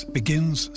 begins